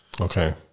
Okay